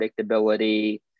predictability